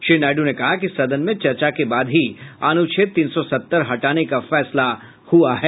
श्री नायडू ने कहा कि सदन में चर्चा के बाद ही अनुच्छेद तीन सौ सत्तर हटाने का फैसला हुआ है